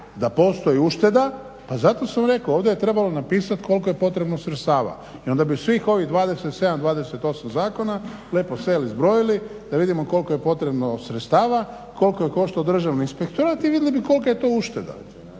da postoji ušteda pa zato sam rekao ovdje je trebalo napisati koliko je potrebno sredstava i onda bi svih ovih 27, 28 zakona lijepo sjeli i izbrojili da vidimo koliko je potrebno sredstava, koliko je koštao Državni inspektorat i vidjeli bi kolika je to ušteda.